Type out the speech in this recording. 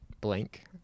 blank